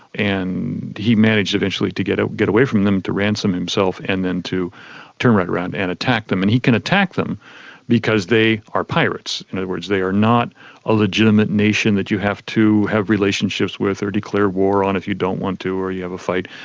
and he managed eventually to get ah get away from them to ransom himself and then to turn right around and attack them. and he can attack them because they are pirates in other words, they are not a legitimate nation that you have to have relationships with or declare war on if you don't want to, or you have a fight.